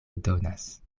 donas